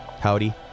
Howdy